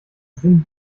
sinn